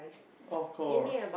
of course